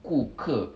顾客